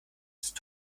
ist